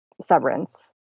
Severance